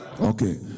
Okay